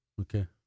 Okay